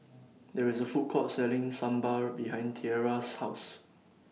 There IS A Food Court Selling Sambar behind Tiera's House